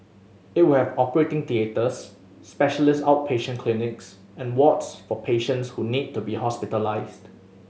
it will have operating theatres specialist outpatient clinics and wards for patients who need to be hospitalised